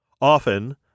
Often